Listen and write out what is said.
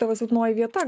tavo silpnoji vieta